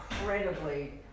incredibly